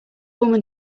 woman